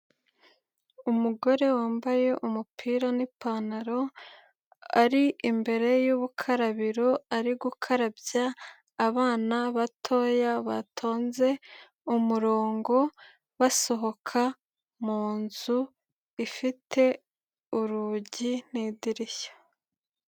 Umugore wambaye umupira n'ipantaro ari imbere y'ubukarabiro ari gukarabya abana batoya batonze umurongo, basohoka mu nzu ifite urugi n'idirishya.